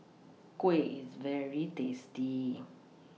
Kuih IS very tasty